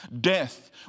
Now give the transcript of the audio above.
Death